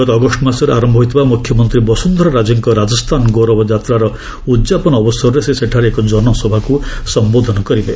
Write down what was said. ଗତ ଅଗଷ୍ଟ ମାସରେ ଆରମ୍ଭ ହୋଇଥିବା ମୁଖ୍ୟମନ୍ତ୍ରୀ ବସୁନ୍ଧରା ରାଜେଙ୍କ 'ରାଜସ୍ଥାନ ଗୌରବ' ଯାତ୍ରାର ଉଦ୍ଯାପନ ଅବସରରେ ସେ ସେଠାରେ ଏକ ଜନସଭାକୁ ସମ୍ବୋଧନ କରିବେ